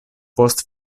post